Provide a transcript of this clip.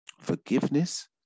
forgiveness